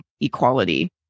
equality